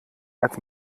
als